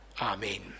Amen